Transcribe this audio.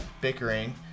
bickering